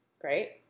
Great